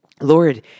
Lord